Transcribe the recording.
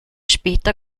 später